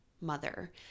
mother